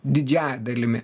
didžiąja dalimi